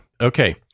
Okay